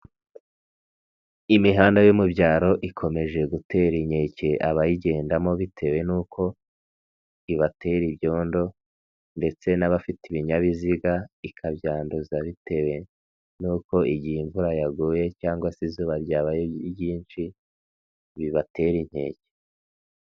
Imihanda yo mu byaro ikomeje gutera inkeke abayigendamo bitewe n'uko ibatera ibyondo ndetse n'abafite ibinyabiziga ikabyanduza bitewe n'uko igihe imvura yaguye cyangwag se izuba ryabaye ryinshi bibatera inkeke.